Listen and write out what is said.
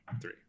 three